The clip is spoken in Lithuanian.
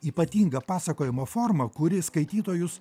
ypatingą pasakojimo formą kuri skaitytojus